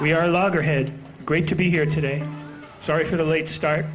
we are loggerhead great to be here today sorry for the late start